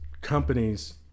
companies